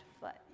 foot